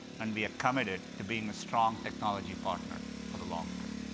and we are committed to being a strong technology partner for the long term.